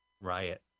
riot